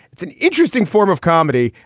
it's an interesting form of comedy.